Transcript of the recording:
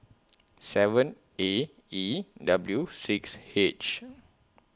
seven A E W six H